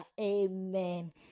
Amen